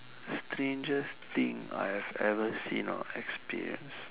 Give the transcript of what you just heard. strangest thing I have ever seen or experienced